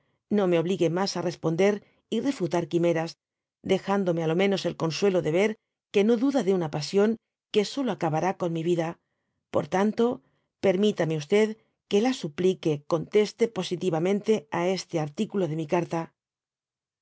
no me obligue mas á responder y refutar quimeras dejándome á lo menos el consuelo de ver que no duda de una pasión que solo acabará con mi vida por tanto permitame que la suplique conteste positivamente á este articulo de mi carta